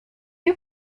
you